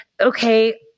okay